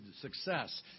success